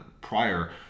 prior